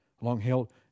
Long-held